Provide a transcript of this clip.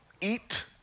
Eat